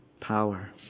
power